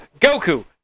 Goku